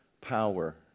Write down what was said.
power